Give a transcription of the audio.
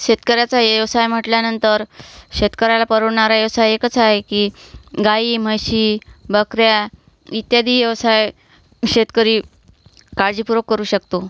शेतकऱ्याचा व्यवसाय म्हटल्यानंतर शेतकऱ्याला परवडणारा व्यवसाय एकच आहे की गाई म्हशी बकऱ्या इत्यादी व्यवसाय शेतकरी काळजीपूर्वक करू शकतो